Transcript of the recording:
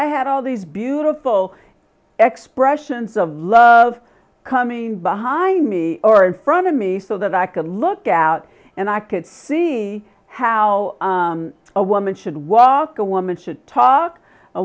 i had all these beautiful expressions of love coming behind me or in front of me so that i could look out and i could see how a woman should walk a woman should talk a